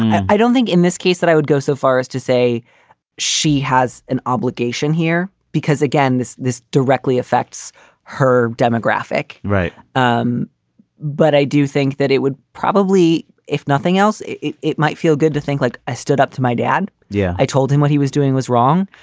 i don't think in this case that i would go so far as to say she has an obligation here because, again, this this directly affects her demographic. right. um but i do think that it would probably, if nothing else, it it might feel good to think like i stood up to my dad. yeah. i told him what he was doing was wrong.